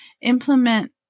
implement